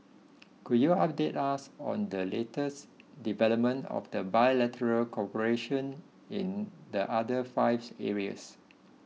could you update us on the latest development of the bilateral cooperation in the other five areas